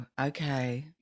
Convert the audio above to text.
Okay